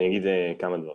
אני אגיד כמה דברים.